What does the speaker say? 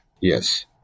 Yes